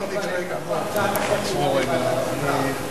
הצעת החוק תידון בוועדת חוקה.